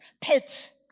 pit